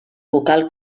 vocal